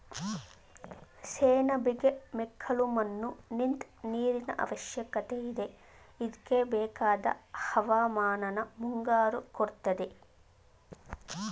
ಸೆಣಬಿಗೆ ಮೆಕ್ಕಲುಮಣ್ಣು ನಿಂತ್ ನೀರಿನಅವಶ್ಯಕತೆಯಿದೆ ಇದ್ಕೆಬೇಕಾದ್ ಹವಾಮಾನನ ಮುಂಗಾರು ಕೊಡ್ತದೆ